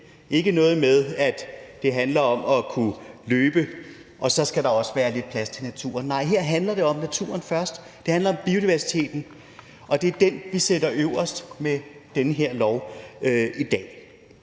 ikke noget med, at det handler om at kunne løbe, og at der så også skal være lidt plads til naturen. Nej, her handler det om at sætte naturen først. Det handler om biodiversitet, og det er det, vi sætter øverst med den her lov i dag.